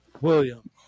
William